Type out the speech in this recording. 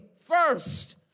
first